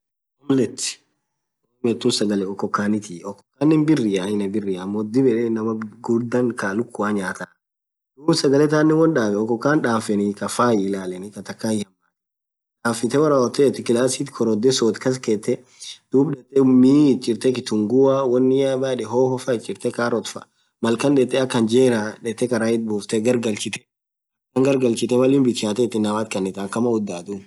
Gullet gullet tun sagale okokanith. okokanen birria aina birria ammo dhib yed inaman ghughurdha Kaa lukua nyathaa dhub sagale thanen woo dhaben okokan dhafeni kafaii ilalenii Kaa takka hihamathi dhafite woraaa wothothi kasit korodhe sodh kaskethe dhub dhethee miin ithi chirthe kitugua wonni maaen hohoa carrot faa khaan dhethee aka hanjreaa dhethee karaith bufthee gargalchithe Mal inn bichathothe inamanth khanithaa akamaa udhaa dhub